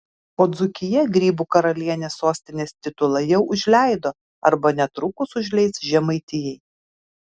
o dzūkija grybų karalienės sostinės titulą jau užleido arba netrukus užleis žemaitijai